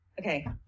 Okay